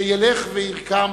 שילך ויירקם,